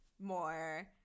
more